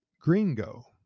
Gringo